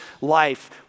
life